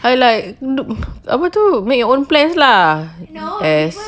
I like d~ apa tu make your own plans lah as